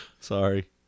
sorry